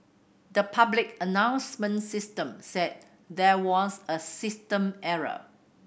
the public announcement system said there was a system error